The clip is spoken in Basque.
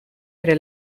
bere